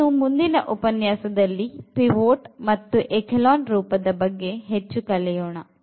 ಇನ್ನು ಮುಂದಿನ ಉಪನ್ಯಾಸದಲ್ಲಿ ಪಿವೊಟ್ ಮತ್ತು echelon ರೂಪದ ಬಗ್ಗೆ ಹೆಚ್ಚು ಕಲಿಯೋಣ